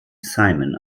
simon